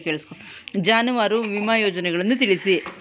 ಜಾನುವಾರು ವಿಮಾ ಯೋಜನೆಯನ್ನು ತಿಳಿಸಿ?